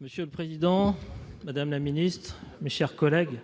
Monsieur le président, madame la ministre, mes chers collègues,